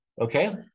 Okay